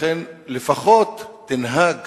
לכן, לפחות תנהג